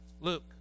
Luke